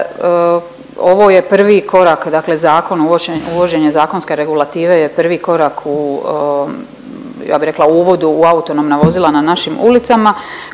ovo je prvi korak dakle zakona uvođenje zakonske regulative je prvi korak u ja bi rekla u uvodu u autonomna vozila na našim ulicama,